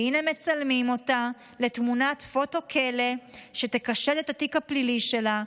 והינה מצלמים אותה לתמונת פוטו-כלא שתקשט את התיק הפלילי שלה,